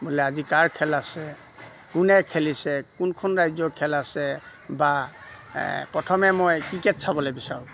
বোলে আজি কাৰ খেল আছে কোনে খেলিছে কোনখন ৰাজ্যৰ খেল আছে বা প্ৰথমে মই ক্ৰিকেট চাবলে বিচাৰোঁ